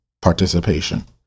participation